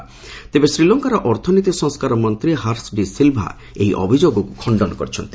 ଡେବେ ଶ୍ରୀଲଙ୍କାର ଅର୍ଥନୀତି ସଂସ୍କାର ମନ୍ତ୍ରୀ ହର୍ଷ ଡି ସିଲ୍ଭା ଏହି ଅଭିଯୋଗକୁ ଖଶ୍ଚନ କରିଚ୍ଚନ୍ତି